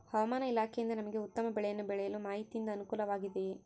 ಹವಮಾನ ಇಲಾಖೆಯಿಂದ ನಮಗೆ ಉತ್ತಮ ಬೆಳೆಯನ್ನು ಬೆಳೆಯಲು ಮಾಹಿತಿಯಿಂದ ಅನುಕೂಲವಾಗಿದೆಯೆ?